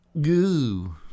Goo